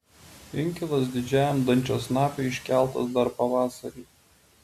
inkilas didžiajam dančiasnapiui iškeltas dar pavasarį